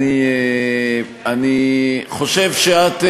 חושב שאת,